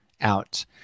out